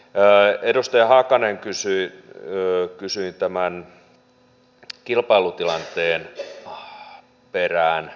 edustaja hakanen kysyi tämän kilpailutilanteen perään